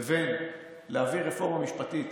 לבין להעביר רפורמה משפטית